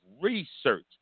research